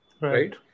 right